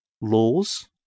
laws